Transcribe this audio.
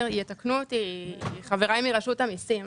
יתקנו אותי חבריי מרשות המיסים